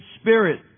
spirit